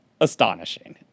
astonishing